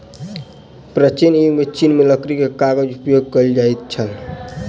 प्राचीन युग में चीन में लकड़ी के कागज उपयोग कएल जाइत छल